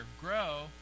grow